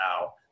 now